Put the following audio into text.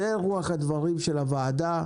זאת רוח הדברים של הוועדה.